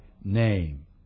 name